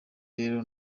rero